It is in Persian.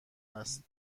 است